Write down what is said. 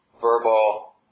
verbal